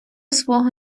свого